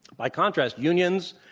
by contrast, unions,